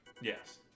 Yes